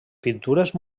pintures